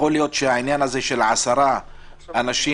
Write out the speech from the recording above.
יכול להיות שהעניין של 10 אנשים